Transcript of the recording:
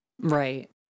Right